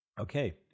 Okay